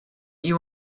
you